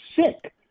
sick